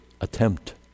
attempt